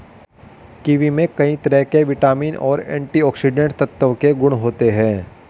kiwi में कई तरह के विटामिन और एंटीऑक्सीडेंट तत्व के गुण होते है